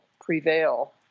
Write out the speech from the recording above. prevail